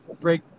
break